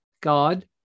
God